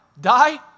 die